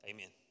Amen